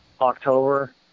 October